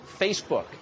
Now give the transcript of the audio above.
Facebook